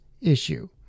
issue